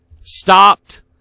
stopped